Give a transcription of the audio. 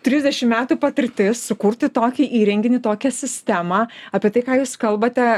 trisdešim metų patirtis sukurti tokį įrenginį tokią sistemą apie tai ką jūs kalbate